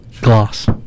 Glass